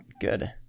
Good